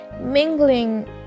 mingling